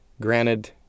granted